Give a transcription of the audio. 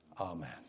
amen